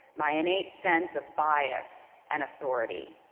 my innate sense of bias and authority.